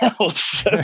else